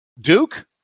Duke